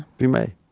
we may.